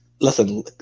Listen